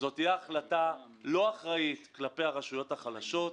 זאת תהיה החלטה לא אחראית כלפי הרשויות החלשות.